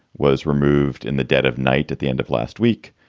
was removed in the dead of night at the end of last week.